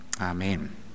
Amen